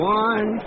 one